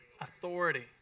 authority